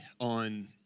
on